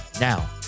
Now